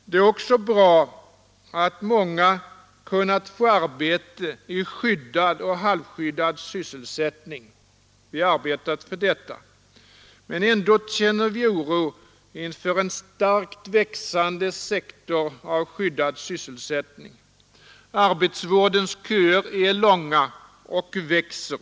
Det är också bra att många kunnat få arbete i skyddad och halvskyddad sysselsättning. Vi har arbetat för detta. Men ändå känner vi oro inför en starkt växande sektor av skyddad sysselsättning. Arbetsvårdens köer är långa och växer.